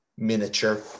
miniature